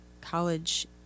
College